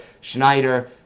Schneider